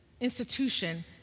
institution